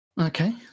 Okay